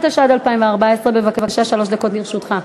התשע"ד 2014. בבקשה, שלוש דקות לרשותך.